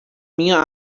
minha